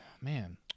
Man